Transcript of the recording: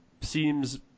seems